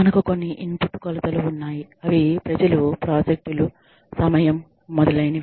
మనకు కొన్ని ఇన్పుట్ కొలతలు ఉన్నాయి అవి ప్రజలు ప్రాజెక్టులు సమయం మొదలైనవి